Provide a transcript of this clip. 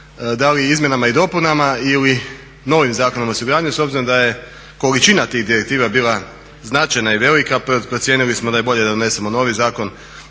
Da li izmjenama i dopunama ili novim Zakonom o osiguranju s obzirom da je količina tih direktiva bila značajna i velika. Procijenili smo da je bolje da donesemo novi zakon.